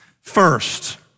First